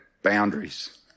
boundaries